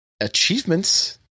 achievements